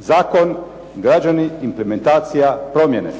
zakon, građani, implementacija, promjene.